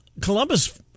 Columbus